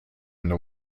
into